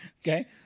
Okay